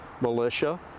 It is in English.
militia